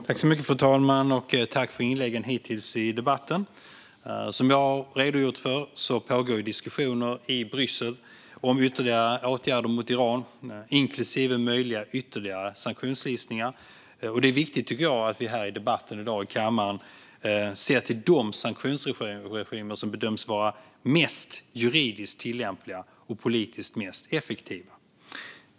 Fru talman! Jag tackar ledamöterna för inläggen hittills i debatten. Som jag har redogjort för pågår det diskussioner i Bryssel om ytterligare åtgärder mot Iran, inklusive möjliga ytterligare sanktionslistningar. Jag tycker att det är viktigt att vi här i debatten i kammaren ser till de sanktionsregimer som bedöms vara juridiskt mest tillämpliga och politiskt mest effektiva.